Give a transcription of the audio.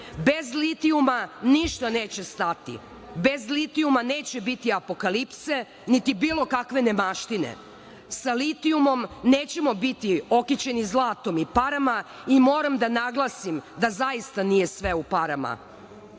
litijuma ništa neće stati. Bez litijuma neće biti apokalipse, niti bilo kakve nemaštine. Sa litijumom nećemo biti okićeni zlatom i parama i moram da naglasim da zaista nije sve u parama.